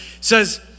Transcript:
says